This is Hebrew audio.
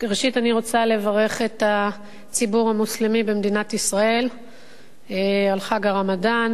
ראשית אני רוצה לברך את הציבור המוסלמי במדינת ישראל לרגל חג הרמדאן,